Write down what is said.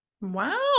Wow